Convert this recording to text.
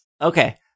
Okay